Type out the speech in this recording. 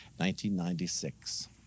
1996